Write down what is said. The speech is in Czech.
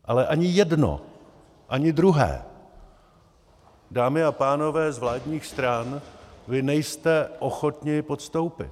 Ale ani jedno, ani druhé, dámy a pánové z vládních stran, vy nejste ochotni podstoupit.